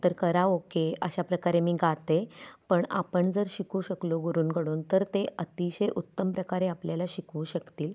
तर कराओके अशा प्रकारे मी गाते पण आपण जर शिकू शकलो गुरूंकडून तर ते अतिशय उत्तम प्रकारे आपल्याला शिकवू शकतील